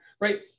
right